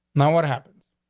now what happens?